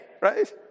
right